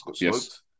yes